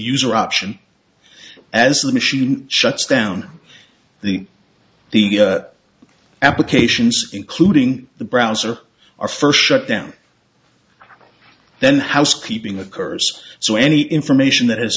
user option as a machine shuts down the the applications including the browser are first shut down then housekeeping occurs so any information that has